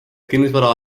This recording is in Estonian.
kinnisvara